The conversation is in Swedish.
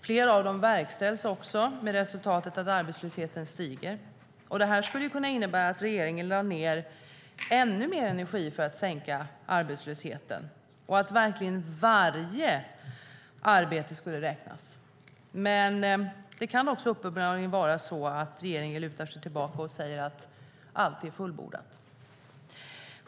Fler av dem verkställs också med resultatet att arbetslösheten stiger. Det här skulle kunna innebära att regeringen lade ned ännu mer energi på att sänka arbetslösheten och att verkligen varje arbete skulle räknas. Men det kan uppenbarligen också vara så att regeringen lutar sig tillbaka och säger att allt är fullbordat.